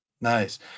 nice